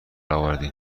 آوردین